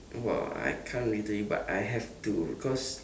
oh !wow! I can't literally but I have to cause